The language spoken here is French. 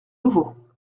nouveau